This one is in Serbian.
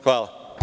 Hvala.